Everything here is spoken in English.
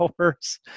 hours